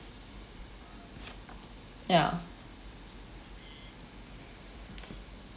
ya